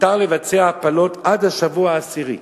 מותר לבצע הפלות עד השבוע העשירי,